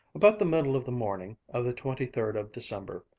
about the middle of the morning of the twenty-third of december,